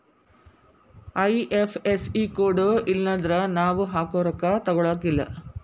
IFSC code ಇಲ್ಲನ್ದ್ರ ನಾವ್ ಹಾಕೊ ರೊಕ್ಕಾ ತೊಗೊಳಗಿಲ್ಲಾ